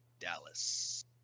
Dallas